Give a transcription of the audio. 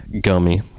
gummy